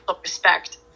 respect